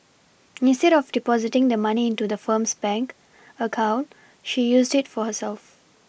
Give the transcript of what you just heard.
instead of Depositing the money into the firm's bank account she used it for herself